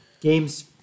Game's